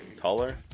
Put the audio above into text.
Taller